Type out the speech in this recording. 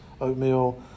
oatmeal